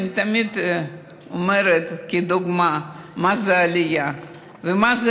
אני תמיד אומרת כדוגמה מה זו עלייה ומה זה